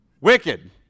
wicked